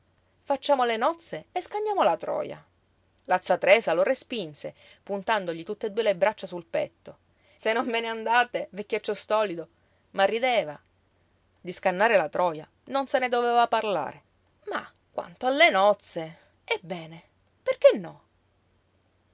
facciamo le nozze e scanniamo la troja la z tresa lo respinse puntandogli tutt'e due le braccia sul petto se non ve ne andate vecchiaccio stolido ma rideva di scannare la troja non se ne doveva parlare ma quanto alle nozze ebbene perché no